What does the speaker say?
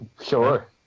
Sure